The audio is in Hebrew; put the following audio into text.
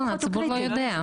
אף אחד לא יודע.